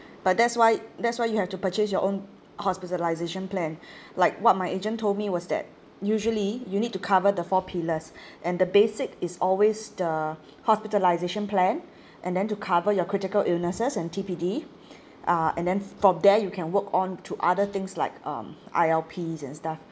but that's why that's why you have to purchase your own hospitalisation plan like what my agent told me was that usually you need to cover the four pillars and the basic is always the hospitalisation plan and then to cover your critical illnesses and T_P_D uh and then from there you can work on to other things like um I_L_Ps and stuff